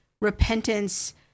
repentance